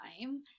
time